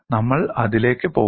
നമ്മൾ അതിലേക്ക് പോകുന്നു